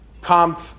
Comp